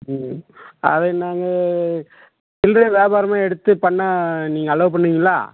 ம் அதை நாங்கள் சில்றை வியாபாரமாக எடுத்து பண்ணால் நீங்கள் அலோவ் பண்ணுவீங்களா